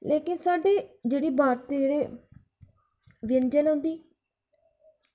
लेकिन साढ़े जेह्ड़ी भारती जेह्ड़े व्यंजन ऐ उं'दी